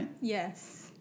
Yes